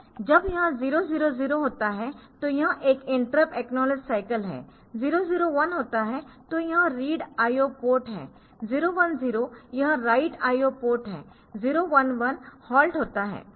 जब यह 0 0 0 होता है तो यह एक इंटरप्ट एकनॉलेज साईकल है 0 0 1 होता है तो यह रीड IO पोर्ट है 0 1 0 यह राइट IO पोर्ट है 0 1 1 हॉल्ट होता है